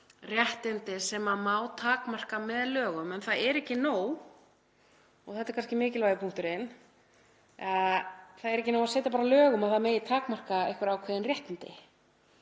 réttindi sem má takmarka með lögum. En það er ekki nóg — og þetta er kannski mikilvægi punkturinn — að setja bara lög um að það megi takmarka einhver ákveðin réttindi.